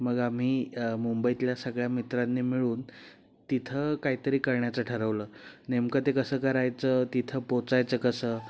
मग आम्ही मुंबईतल्या सगळ्या मित्रांनी मिळून तिथं काहीतरी करण्याचं ठरवलं नेमकं ते कसं करायचं तिथं पोचायचं कसं